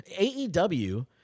AEW